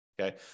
okay